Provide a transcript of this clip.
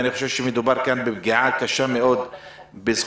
אני חושב שמדובר כאן בפגיעה קשה מאוד בזכויות